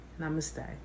namaste